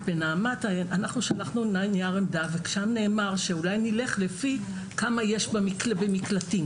אנחנו שלחנו נייר עמדה ובו נאמר שאולי נלך לפי כמה יש במקלטים.